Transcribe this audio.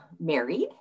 married